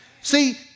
See